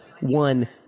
one